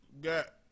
got